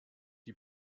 die